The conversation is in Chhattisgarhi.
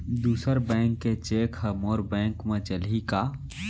दूसर बैंक के चेक ह मोर बैंक म चलही का?